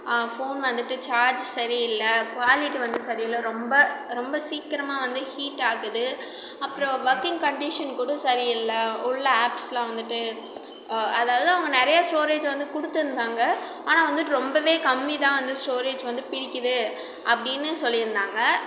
phone வந்துட்டு charge சரி இல்லை குவாலிட்டி வந்து சரி இல்லை ரொம்ப ரொம்ப சீக்கரமாக வந்து ஹீட் ஆகுது அப்புறோம் ஒர்க்கிங் கண்டிஷன் கூட சரி இல்லை உள்ள ஆப்ஸ்லாம் வந்துட்டு அதாவது அவங்க நிறையா ஸ்டோரேஜ் வந்து கொடுத்துருந்தாங்க ஆனால் வந்துட்டு ரொம்பவே கம்மி தான் வந்து ஸ்டோரேஜ் வந்து பிடிக்குது அப்படின்னு சொல்லியிருந்தாங்க